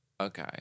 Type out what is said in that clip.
Okay